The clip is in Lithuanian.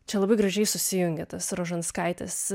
čia labai gražiai susijungia tas rožanskaitės